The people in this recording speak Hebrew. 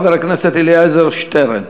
חבר הכנסת אלעזר שטרן.